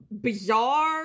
bizarre